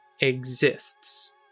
exists